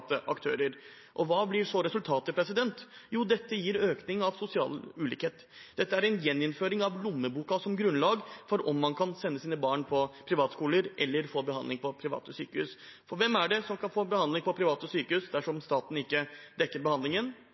Hva blir så resultatet? Jo, det gir en økning av sosial ulikhet. Dette er en gjeninnføring av lommeboka som grunnlag for om man kan sende sine barn på privatskoler eller få behandling på private sykehus. For hvem er det som kan få behandling på private sykehus dersom staten ikke dekker behandlingen?